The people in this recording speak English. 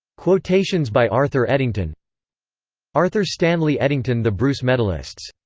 quotations by arthur eddington arthur stanley eddington the bruce medalists.